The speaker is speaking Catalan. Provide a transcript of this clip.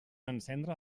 encendre